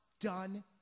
done